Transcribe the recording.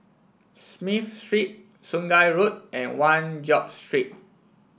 Smith Street Sungei Road and One George Street